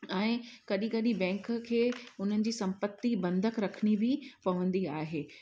ऐं कॾहिं कॾहिं बैंक खे उन्हनि जी संपत्ति बंधक रखिणी बि पवंदी आहे